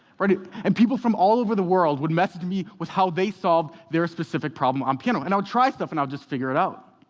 but and people from all over the world would message me with how they solved their specific problem on piano, and i would try stuff, and i would just figure it out.